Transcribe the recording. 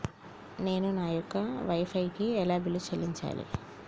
నేను నా యొక్క వై ఫై కి ఎలా బిల్లు చెల్లించాలి?